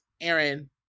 aaron